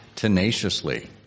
Tenaciously